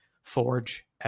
Forge